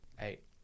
Eight